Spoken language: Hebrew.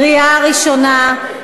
בקריאה ראשונה.